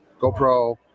GoPro